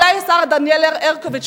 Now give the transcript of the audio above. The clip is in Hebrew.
אולי השר דניאל הרשקוביץ,